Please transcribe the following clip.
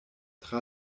tra